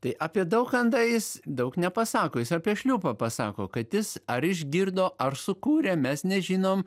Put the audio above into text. tai apie daukantą jis daug nepasako jis apie šliūpą pasako kad jis ar išgirdo ar sukūrė mes nežinom